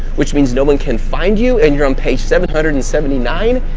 which means no one can't find you, and you're on page seven hundred and seventy nine,